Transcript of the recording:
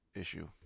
issue